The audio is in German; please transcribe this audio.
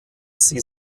sie